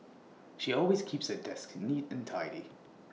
she always keeps her desk neat and tidy